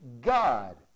God